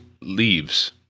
leaves